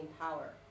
power